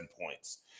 points